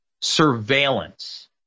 surveillance